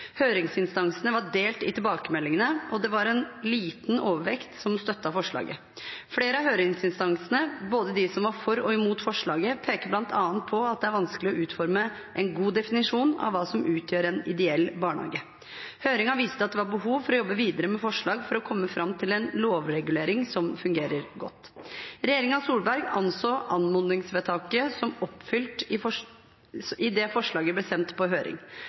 tilbakemeldingene, og det var en liten overvekt som støttet forslaget. Flere av høringsinstansene, både de som var for og imot forslaget, peker bl.a. på at det er vanskelig å utforme en god definisjon av hva som utgjør en ideell barnehage. Høringen viste at det var behov for å jobbe videre med forslaget for å komme fram til en lovregulering som fungerer godt. Regjeringen Solberg anså anmodningsvedtaket som oppfylt idet forslaget ble sendt på høring.